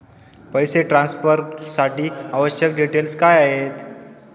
पैसे ट्रान्सफरसाठी आवश्यक डिटेल्स काय आहेत?